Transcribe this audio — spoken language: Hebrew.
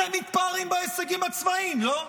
אתם מתפארים בהישגים הצבאיים, לא?